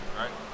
right